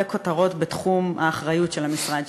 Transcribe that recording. כותרות בתחום האחריות של המשרד שלך.